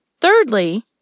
Thirdly